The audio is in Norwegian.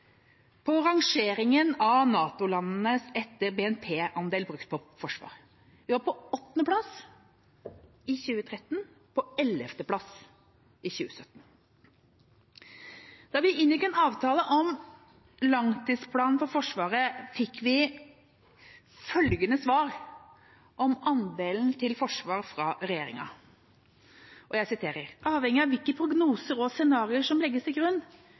på rangeringen av NATO-landene etter BNP-andel brukt på forsvar. Vi var på åttende plass i 2013 og på ellevte plass i 2017. Da vi inngikk en avtale om langtidsplanen for Forsvaret, fikk vi følgende svar om andelen til forsvar fra regjeringa: «Avhengig av hvilke prognoser og scenarier som legges til grunn,